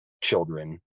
children